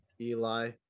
Eli